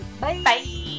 Bye